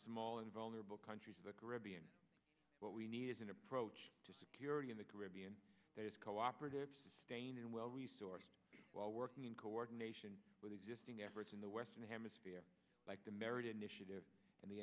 small and vulnerable countries of the caribbean what we need is an approach to security in the caribbean that is cooperative sustained and well resourced well working in coordination with existing efforts in the western hemisphere like the merit initiative and the